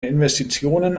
investitionen